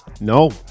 No